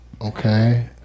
Okay